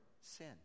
sin